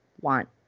want